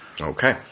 Okay